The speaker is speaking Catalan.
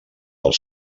els